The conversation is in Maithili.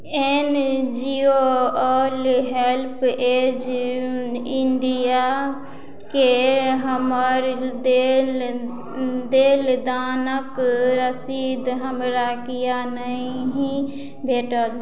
N G O HelpAge इंडियाके हमर देल देल दानक रसीद हमरा किए नहि भेटल